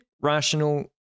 rational